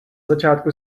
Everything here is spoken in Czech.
začátku